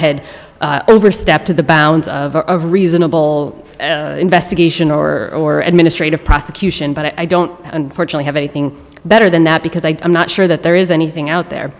head overstepped the bounds of reasonable investigation or administrative prosecution but i don't unfortunately have anything better than that because i am not sure that there is anything out there